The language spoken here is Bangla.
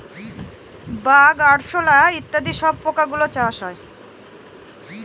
বাগ, আরশোলা ইত্যাদি সব পোকা গুলোর চাষ হয়